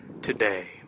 today